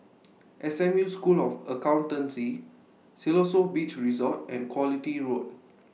S M U School of Accountancy Siloso Beach Resort and Quality Road